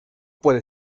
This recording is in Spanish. puede